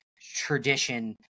tradition